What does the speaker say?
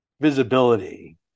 visibility